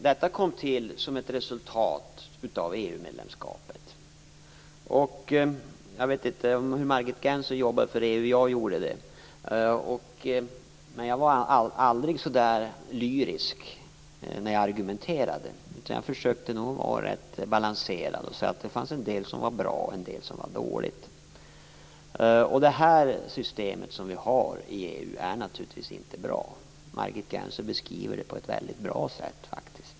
Detta kom till som ett resultat av EU Jag vet inte om Margit Gennser jobbade för EU. Jag gjorde det, men jag var aldrig lyrisk när jag argumenterade. Jag försökte vara rätt balanserad och erkänna att en del var bra och en del dåligt. Det system vi har i EU är naturligtvis inte bra. Margit Gennser beskriver det på ett väldigt bra sätt.